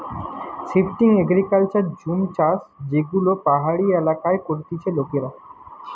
shifting agriculture jhum চাষযেগুলো পাহাড়ি এলাকায় করতিছে লোকেরা